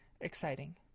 exciting